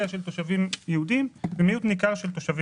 של תושבים יהודים ומיעוט ניכר של תושבים ערבים.